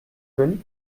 venus